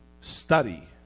study